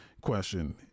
question